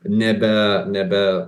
nebe nebe